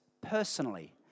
personally